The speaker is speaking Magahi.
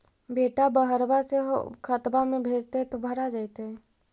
बेटा बहरबा से खतबा में भेजते तो भरा जैतय?